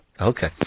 Okay